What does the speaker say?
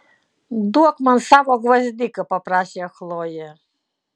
duok man savo gvazdiką paprašė chlojė